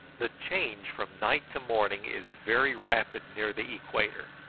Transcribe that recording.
the change from night to morning is very rapid near the equator,